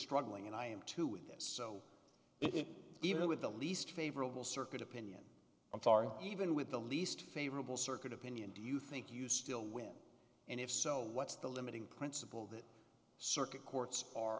struggling and i am too so it even with the least favorable circuit opinion i'm sorry even with the least favorable circuit opinion do you think you still win and if so what's the limiting principle that circuit courts are